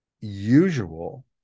usual